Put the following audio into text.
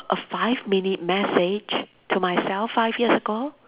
a five minute message to myself five years ago